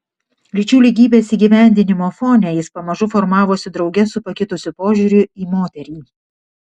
lyčių lygybės įgyvendinimo fone jis pamažu formavosi drauge su pakitusiu požiūriu į moterį